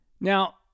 now